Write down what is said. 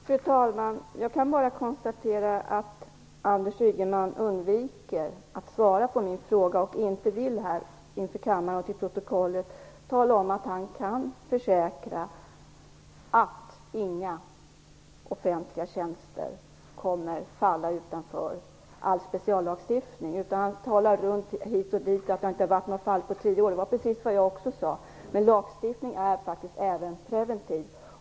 Fru talman! Jag kan bara konstatera att Anders Ygeman undviker att svara på min fråga. Han vill inte här, inför kammaren och till protokollet, försäkra att inga offentliga tjänster kommer att falla utanför all speciallagstiftning. Han talar runt detta och säger att det inte har varit något fall på tio år. Det var precis vad jag också sade. Men lagstiftning är faktiskt även preventiv.